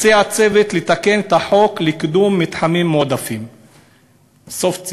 מציע הצוות לתקן את החוק לקידום מתחמים מועדפים לדיור".